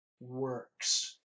works